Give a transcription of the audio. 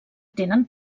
tenen